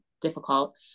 difficult